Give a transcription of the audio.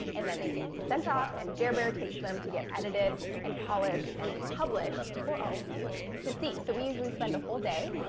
and then they get sent off, and jer bear takes them to get edited and polished and published for all of you to see. so, we usually spend a whole day,